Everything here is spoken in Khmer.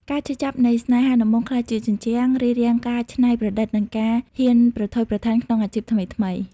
ការឈឺចាប់នៃស្នេហាដំបូងក្លាយជា "ជញ្ជាំង" រារាំងការច្នៃប្រឌិត និងការហ៊ានប្រថុយប្រថានក្នុងអាជីពថ្មីៗ។